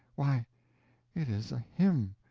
why it is a hymn!